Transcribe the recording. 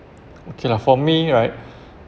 okay lah for me right